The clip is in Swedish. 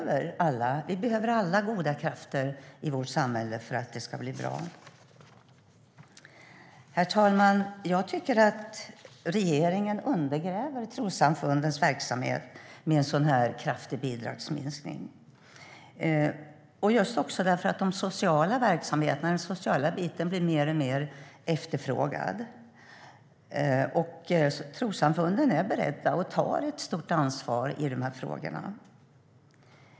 Vi behöver alla goda krafter i vårt samhälle för att det ska bli bra. Herr talman! Jag tycker att regeringen undergräver trossamfundens verksamhet med en så här kraftig bidragsminskning, just därför att den sociala biten blir mer och mer efterfrågad. Trossamfunden är beredda att ta och tar ett stort ansvar i de här frågorna.